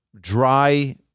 dry